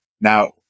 Now